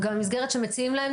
וגם המסגרת שמציעים להם,